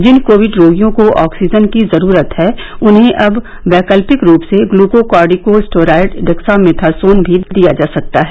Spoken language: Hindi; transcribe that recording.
जिन कोविड रोगियों को ऑक्सीजन की जरूरत है उन्हें अब वैकल्पिक रूप से ग्लुकोकार्टिकोस्टेरॉइड डेक्सामेथासोन भी दिया जा सकता है